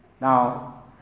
Now